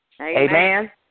Amen